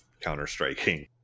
counter-striking